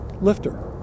lifter